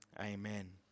Amen